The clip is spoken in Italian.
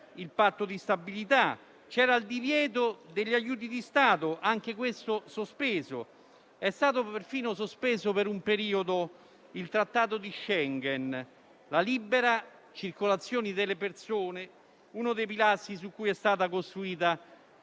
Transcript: il Patto di stabilità); c'era il divieto di erogare aiuti di Stato, anch'esso sospeso. È stato perfino sospeso per un periodo il Trattato di Schengen che prevede la libera circolazione delle persone, uno dei pilastri su cui è stata costruita